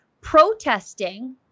protesting